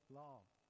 law